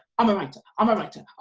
i'm a writer, i'm a writer,